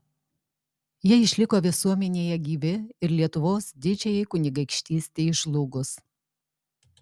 jie išliko visuomenėje gyvi ir lietuvos didžiajai kunigaikštystei žlugus